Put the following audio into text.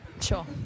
Sure